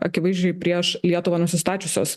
akivaizdžiai prieš lietuvą nusistačiusios